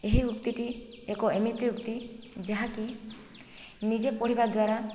ଏହି ଉକ୍ତିଟି ଏକ ଏମିତି ଉକ୍ତି ଯାହାକି ନିଜେ ପଢ଼ିବା ଦ୍ୱାରା